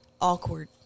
awkward